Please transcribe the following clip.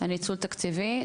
הניצול התקציבי.